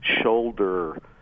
shoulder